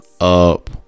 up